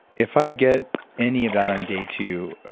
if i get any of that on day two,